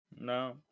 No